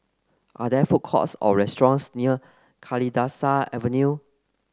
are there food courts or restaurants near Kalidasa Avenue